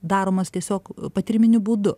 daromas tiesiog patyriminiu būdu